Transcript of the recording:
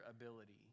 ability